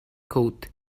code